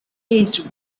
aged